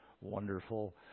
wonderful